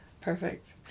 Perfect